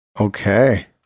Okay